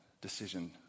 decision